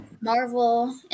marvel